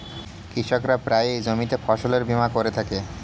কৃষকরা প্রায়ই জমিতে ফসলের বীমা করে থাকে